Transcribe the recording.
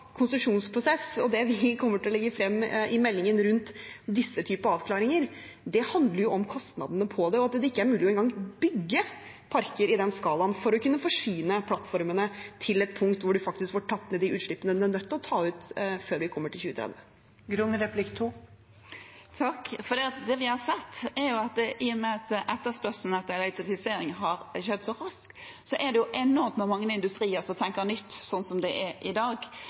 konsesjonsprosess og det vi kommer til å legge frem i meldingen rundt denne typen avklaringer. Det handler om kostnadene, og at det ikke engang er mulig å bygge parker i den skalaen for å kunne forsyne plattformene til et punkt hvor man faktisk får tatt ned de utslippene man er nødt til å ta ut før vi kommer til 2030. Det vi har sett, er jo at i og med at etterspørselen etter elektrifisering har skutt så fart, er det enormt mange industrier som tenker nytt, sånn det er i dag.